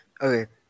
Okay